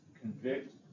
convict